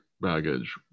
baggage